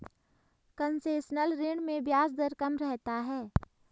concessional ऋण में ब्याज दर कम रहता है